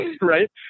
right